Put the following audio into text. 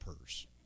purse